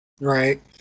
Right